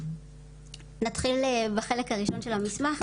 נתחיל בחלק הראשון של המסמך,